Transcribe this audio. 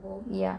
ya